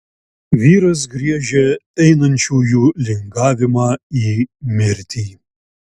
vyras griežia einančiųjų lingavimą į mirtį